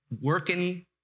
working